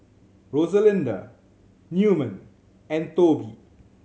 Rosalinda Newman and Toby